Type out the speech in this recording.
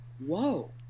whoa